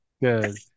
good